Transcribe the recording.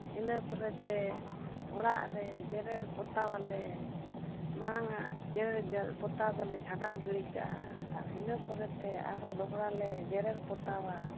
ᱤᱱᱟᱹ ᱯᱚᱨᱮᱛᱮ ᱚᱲᱟᱜ ᱨᱮ ᱡᱮᱨᱮᱲ ᱯᱚᱛᱟᱣᱟᱞᱮ ᱟᱲᱟᱝᱼᱟᱜ ᱡᱮᱨᱮᱲ ᱯᱚᱛᱟᱣ ᱫᱚᱞᱮ ᱪᱷᱟᱰᱟᱣ ᱜᱤᱰᱤ ᱠᱟᱜᱼᱟ ᱟᱨ ᱤᱱᱟᱹ ᱯᱚᱨᱮᱛᱮ ᱟᱨᱦᱚᱸ ᱫᱚᱦᱲᱟᱞᱮ ᱡᱮᱨᱮᱧ ᱯᱚᱛᱟᱣᱟ